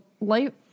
light